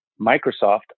Microsoft